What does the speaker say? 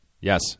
Yes